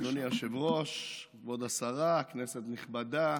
אדוני היושב-ראש, כבוד השרה, כנסת נכבדה,